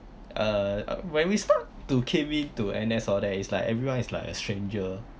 uh where we start to came into N_S all that it's like everyone is like a stranger